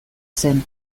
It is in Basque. zen